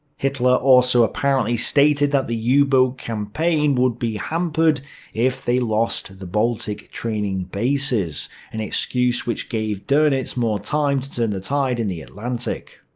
hitler also apparently stated that the yeah u-boat campaign would be hampered if they lost the baltic training bases an excuse which gave donitz more time to turn the tide in the atlantic.